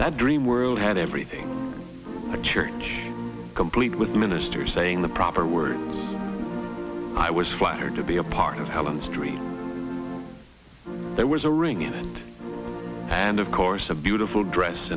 that dreamworld had everything a church complete with ministers saying the proper word i was flattered to be a part of helen saint there was a ring in and and of course a beautiful dress